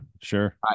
Sure